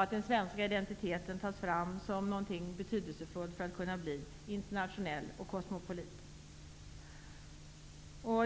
att den svenska identiteten tas fram som något betydelsefullt när det gäller att bli internationell och kosmopolit.